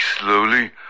slowly